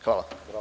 Hvala.